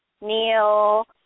Neil